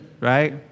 right